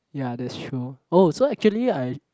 ya that's true oh so actually I